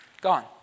gone